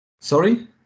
Sorry